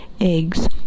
eggs